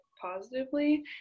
positively